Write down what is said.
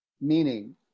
Meaning